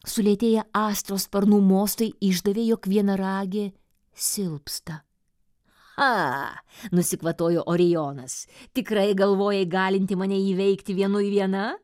sulėtėję astos sparnų mostai išdavė jog vienaragė silpsta nusikvatojo orijonas tikrai galvojai galinti mane įveikti vienui viena